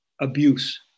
abuse